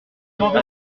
planche